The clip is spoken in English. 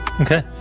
Okay